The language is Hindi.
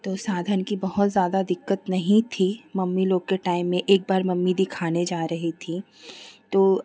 तो साधन की बहुत ज़्यादा दिक्कत नहीं थी मम्मी लोग के टाइम में एक बार मम्मी दिखाने जा रही थीं तो